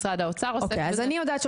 משרד האוצר עוסק בזה.